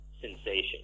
sensation